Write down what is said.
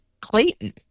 Clayton